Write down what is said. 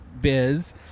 biz